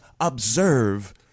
observe